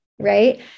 Right